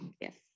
Yes